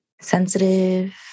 sensitive